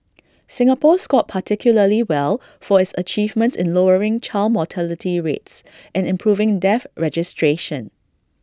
Singapore scored particularly well for its achievements in lowering child mortality rates and improving death registration